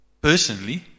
personally